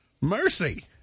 Mercy